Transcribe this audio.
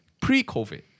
pre-COVID